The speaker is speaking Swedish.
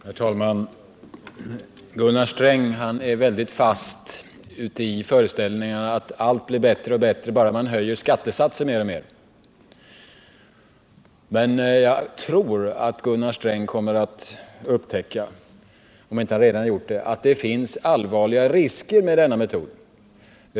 Herr talman! Gunnar Sträng är väldigt fast i föreställningen att allt blir bättre bara man höjer skattesatsen mer och mer. Men jag tror att Gunnar Sträng kommer att upptäcka — om han inte redan gjort det — att det finns allvarliga risker med denna metod.